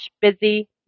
Busy